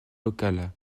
local